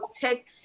tech